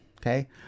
Okay